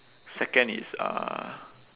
second is uh